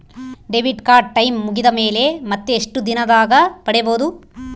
Debit card time ಮುಗಿದ ಮೇಲೆ ಮತ್ತೆ ಎಷ್ಟು ದಿನದಾಗ ಪಡೇಬೋದು?